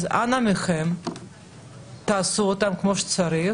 אז אנא מכם עשו אותם כמו שצריך.